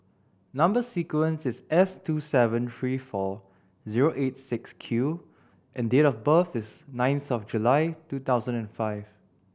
number sequence is S two seven three four zero eight six Q and date of birth is ninth July two thousand and five